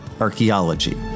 archaeology